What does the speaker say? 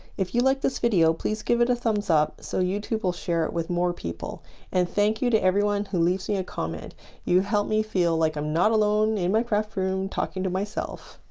if you like this video, please give it a thumbs up so youtube will share it with more people and thank you to everyone who leaves me a comment you help me feel like i'm not alone in my craft room talking to myself.